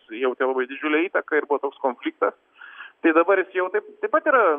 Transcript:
jautė labai didžiulę įtaką ir buvo toks konfliktas tai dabar jis jau taip taip pat yra